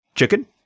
Chicken